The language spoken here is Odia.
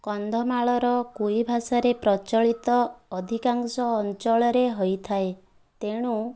କନ୍ଧମାଳର କୁଇ ଭାଷାରେ ପ୍ରଚଳିତ ଅଧିକାଂଶ ଅଞ୍ଚଳରେ ହୋଇଥାଏ ତେଣୁ